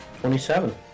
Twenty-seven